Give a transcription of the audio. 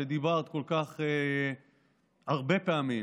שדיברת בה כל כך הרבה פעמים,